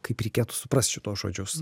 kaip reikėtų suprasti šituos žodžius